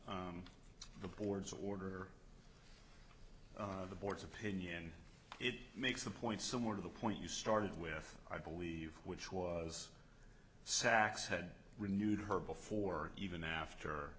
board's order of the board's opinion it makes a point similar to the point you started with i believe which was saks had renewed her before even after